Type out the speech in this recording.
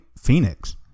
Phoenix